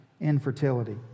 infertility